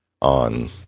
on